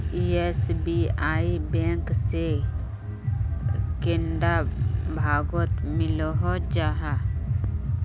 SBI bank से कैडा भागोत मिलोहो जाहा?